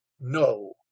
No